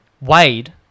Wade